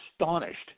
astonished